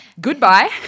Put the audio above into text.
goodbye